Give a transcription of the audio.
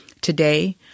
today